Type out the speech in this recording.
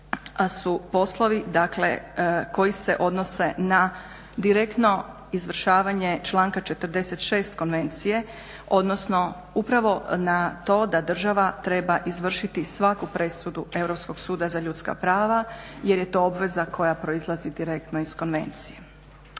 to su poslovi, dakle koji se odnose na direktno izvršavanje članka 46. Konvencije, odnosno upravo na to da država treba izvršiti svaku presudu Europskog suda za ljudska prava jer je to obveza koja proizlazi direktno iz konvencije.